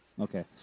Okay